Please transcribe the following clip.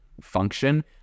function